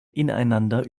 ineinander